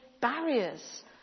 barriers